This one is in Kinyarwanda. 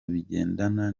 bigendana